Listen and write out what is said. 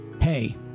hey